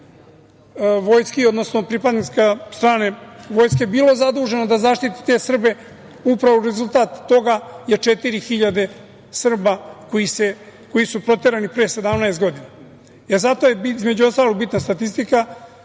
vojski, odnosno pripadnika strane vojske bilo zaduženo da zaštiti te Srbe. Upravo rezultat toga je četiri hiljade Srba koji su proterani pre 17 godina. E, zato je, između ostalog bitna statistika.